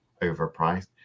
overpriced